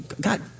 God